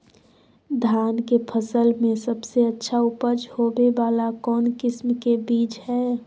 धान के फसल में सबसे अच्छा उपज होबे वाला कौन किस्म के बीज हय?